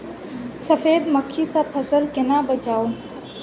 सफेद मक्खी सँ फसल केना बचाऊ?